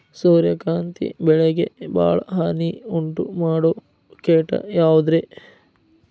ಸೂರ್ಯಕಾಂತಿ ಬೆಳೆಗೆ ಭಾಳ ಹಾನಿ ಉಂಟು ಮಾಡೋ ಕೇಟ ಯಾವುದ್ರೇ?